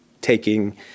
taking